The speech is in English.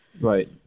Right